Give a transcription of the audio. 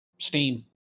Steam